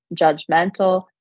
judgmental